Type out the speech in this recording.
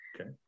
okay